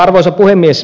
arvoisa puhemies